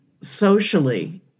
socially